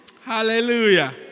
Hallelujah